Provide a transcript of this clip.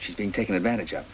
she's being taken advantage